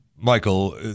Michael